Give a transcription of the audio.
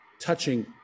touching